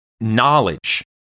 knowledge